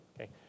Okay